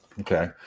Okay